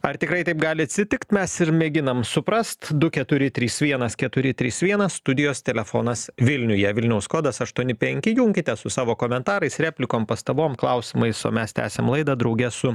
ar tikrai taip gali atsitikt mes ir mėginam suprast du keturi trys vienas keturi trys vienas studijos telefonas vilniuje vilniaus kodas aštuoni penki junkitės su savo komentarais replikom pastabom klausimais o mes tęsiam laidą drauge su